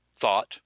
thought